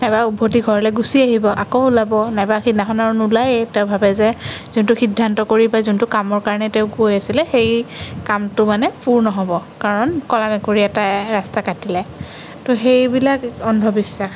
এবাৰ উভতি ঘৰলৈ গুচি আহিব আকৌ ওলাব নাইবা সেইদিনাখন আৰু নোলায়েই তেওঁ ভাবে যে যোনটো সিদ্ধান্ত কৰিব যোনটো কামৰ কাৰণে তেওঁ গৈ আছিলে সেই কামটো মানে পূৰ নহ'ব কাৰণ ক'লা মেকুৰী এটাই ৰাস্তা কাটিলে ত' সেইবিলাক অন্ধবিশ্বাস